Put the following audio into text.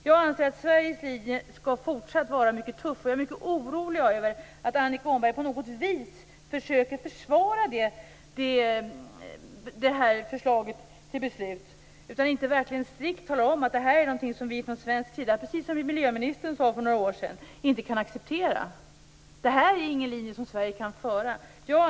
Jag anser att Sveriges linje fortsatt skall vara mycket tuff, och jag är mycket orolig för att Annika Åhnberg på något vis skall försöka försvara förslaget till beslut i stället för att verkligen strikt tala om att det här är något som vi från svensk sida, precis som miljöministern för några år sedan sade, inte kan acceptera. Sverige kan inte driva den här linjen.